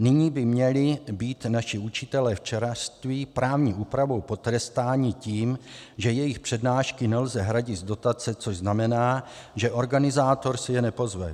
Nyní by měli být naši učitelé včelařství právní úpravou potrestáni tím, že jejich přednášky nelze hradit z dotace, což znamená, že organizátor si je nepozve.